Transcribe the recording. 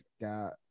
got